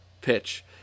pitch